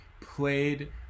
played